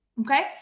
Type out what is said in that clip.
okay